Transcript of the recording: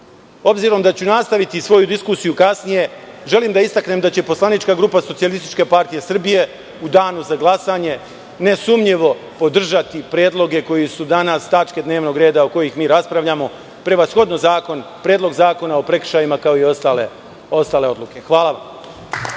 način. Obzirom da ću nastaviti svoju diskusiju kasnije, želim da istaknem da će poslanička grupa SPS u danu za glasanje nesumnjivo podržati predloge koji su danas tačke dnevnog reda o kojima mi raspravljamo, prevashodno Predlog zakona o prekršajima, kao i ostale odluke. Hvala vam.